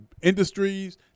industries